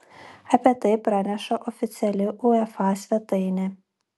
apie tai praneša oficiali uefa svetainė